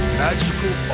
magical